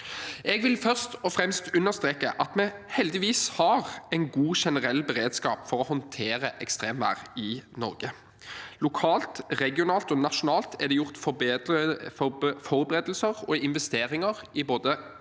Jeg vil først og fremst understreke at vi heldigvis har en god generell beredskap for å håndtere ekstremvær i Norge. Lokalt, regionalt og nasjonalt er det gjort forberedelser og investeringer i både